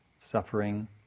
suffering